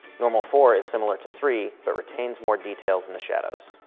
normal four is similar to three, but retains more details in the shadows.